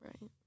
Right